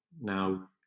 now